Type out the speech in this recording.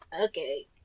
Okay